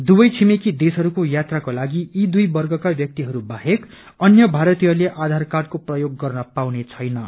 दुवै छिमेकी देशहरूको यात्राको लागि यी दुइ वर्गका व्यक्तिहरू बाहेक अन्य भारतीयले आधार कार्डको प्रयोग गर्न पाउने छैनन्